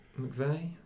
McVeigh